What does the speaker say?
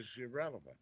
irrelevant